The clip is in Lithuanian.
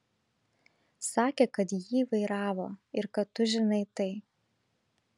sakė kad jį vairavo ir kad tu žinai tai